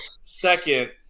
Second